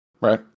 right